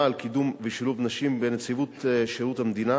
על קידום ושילוב נשים בנציבות שירות המדינה